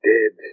Dead